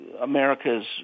America's